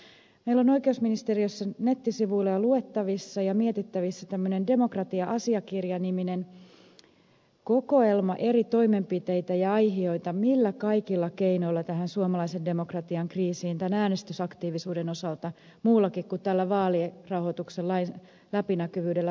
meillä on oikeusministeriössä nettisivuilla jo luettavissa ja mietittävissä tämmöinen demokratia asiakirja niminen kokoelma eri toimenpiteitä ja aihioita millä kaikilla keinoilla tähän suomalaisen demokratian kriisiin tämän äänestysaktiivisuuden osalta muullakin kuin tämän vaalirahoituksen läpinäkyvyydellä voidaan vaikuttaa